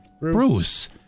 Bruce